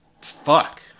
fuck